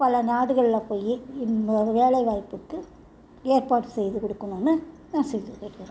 பல நாடுகளில் போய் வேலை வாய்ப்புக்கு ஏற்பாடு செய்து கொடுக்குணும்னு நான் சொல்லி கேட்டுகிறேன்